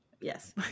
Yes